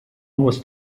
was